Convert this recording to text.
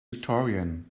victorian